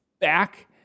back